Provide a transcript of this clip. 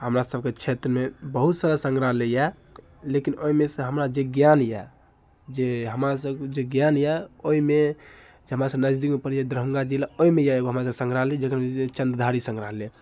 हमरा सबके क्षेत्रमे बहुत सारा सङ्ग्रहालय यऽ लेकिन ओहिमेसँ हमरा जे ज्ञान यऽ जे हमरा सबके जे ज्ञान यऽ ओहिमे जे हमरा सबके नजदीकमे पड़ैए दरभङ्गा जिला ओहिमे यऽ एगो हमरा सबके सङ्ग्रहालय जेकरा कहल जाइत छै चन्द्रधारी सङ्ग्रहालय